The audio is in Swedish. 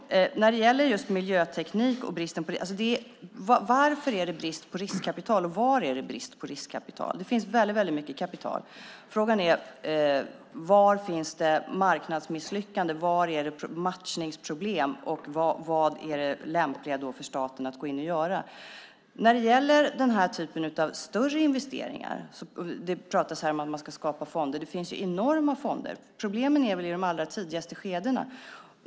Man kan när det gäller miljöteknik fråga sig: Varför är det brist på riskkapital, och var är det brist på riskkapital? Det finns väldigt mycket kapital. Frågan är: Var finns det marknadsmisslyckande? Var finns det matchningsproblem? Vad är det lämpliga för staten att gå in och göra? När det gäller den här typen av större investeringar talas det om att skapa fonder. Det finns enorma fonder. Problemet finns i de allra tidigaste skedena.